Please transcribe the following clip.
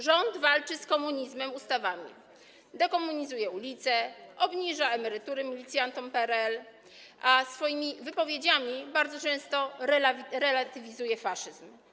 Rząd walczy z komunizmem ustawami, dekomunizuje ulice, obniża emerytury milicjantom z PRL, a swoimi wypowiedziami bardzo często relatywizuje faszyzm.